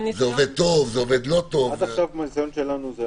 הצעתם לבדוק את ההשלכות של סגירת המקום רק